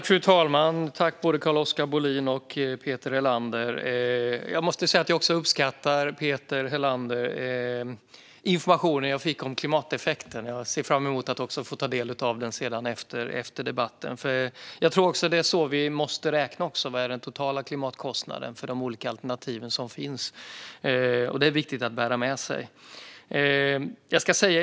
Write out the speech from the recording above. Fru talman! Tack, både Carl-Oskar Bohlin och Peter Helander! Jag måste säga att jag uppskattar den information jag fick av Peter Helander om klimateffekten och ser fram emot att få ta del av den efter debatten. Jag tror också att vi måste räkna på den totala klimatkostnaden för de olika alternativ som finns. Det är viktigt att bära med sig.